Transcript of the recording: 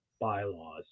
bylaws